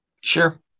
sure